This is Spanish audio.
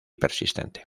persistente